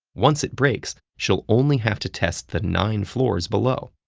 once it breaks, she'll only have to test the nine floors below.